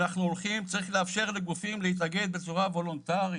אנחנו צריכים לאפשר לגופים להתאגד בצורה וולונטרית.